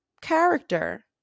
character